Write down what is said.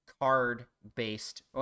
card-based